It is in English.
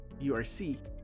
URC